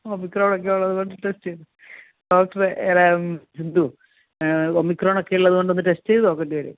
Omicron ഒക്കെ ഉള്ളതുകൊണ്ട് test ചെയ്തു ഡോക്ടറെ അല്ല സിന്ധു ഒമിക്രോണോക്കെ ഉള്ളതുകൊണ്ട് ഒന്ന് ടെസ്റ്റ് ചെയ്തു നോക്കേണ്ടി വരും